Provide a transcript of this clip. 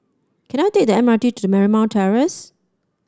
can I take the M R T to Marymount Terrace